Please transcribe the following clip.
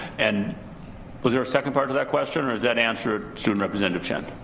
and was there a second part to that question or does that answer, student representative chen.